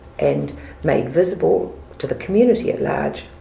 and made visible to the community at large,